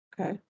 Okay